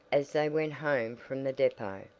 as they went home from the depot,